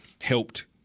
helped